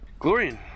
Glorian